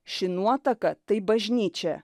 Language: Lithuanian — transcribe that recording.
ši nuotaka tai bažnyčia